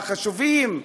החשובים,